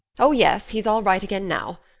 oh, yes, he's all right again now,